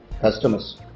customers